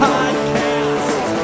Podcast